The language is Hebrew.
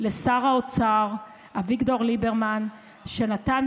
לשר האוצר אביגדור ליברמן על כך שנתן